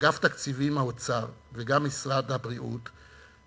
אגף תקציבים באוצר וגם משרד הבריאות,